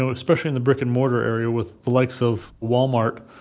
so especially in the brick-and-mortar area with the likes of walmart.